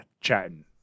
chatting